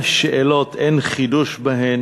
ונשאל את אותן שאלות, אין חידוש בהן,